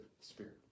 Spirit